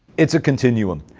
it's a continuum,